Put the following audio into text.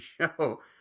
show